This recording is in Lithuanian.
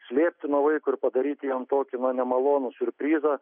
slėpti nuo vaiko ir padaryti jam tokį na nemalonų siurprizą